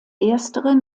erstere